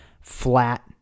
flat